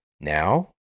Now